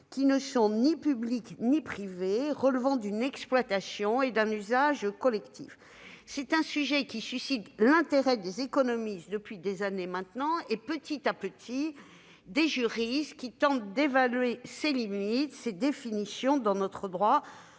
qui ne sont ni publics ni privés, relevant d'une exploitation et d'un usage collectifs. C'est un sujet qui suscite l'intérêt des économistes depuis des années et, petit à petit, celui des juristes, qui tentent d'évaluer ses limites et ses définitions dans notre droit,